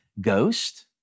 Ghost